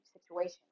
situation